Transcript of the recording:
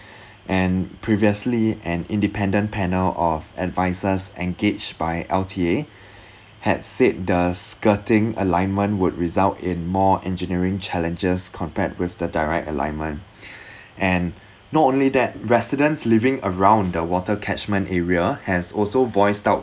and previously an independent panel of advisors engaged by L_T_A had said the skirting alignment would result in more engineering challenges compared with the direct alignment and not only that residents living around in the water catchment area has also voiced out